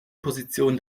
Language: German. position